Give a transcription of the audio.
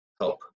help